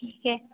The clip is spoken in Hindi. ठीक है